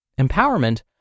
Empowerment